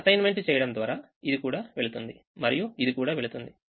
ఆఅసైన్మెంట్ చేయడం ద్వారా ఇది కూడా వెళ్తుంది మరియు ఇది కూడా వెళ్తుంది